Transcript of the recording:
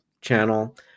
channel